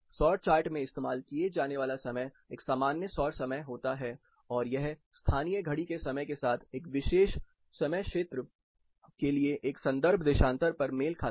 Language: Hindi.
सौर चार्ट में इस्तेमाल किया जाने वाला समय एक सामान्य सौर समय होता है और यह स्थानीय घड़ी के समय के साथ एक विशेष समय क्षेत्र के लिए एक संदर्भ देशांतर पर मेल खाता है